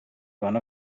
one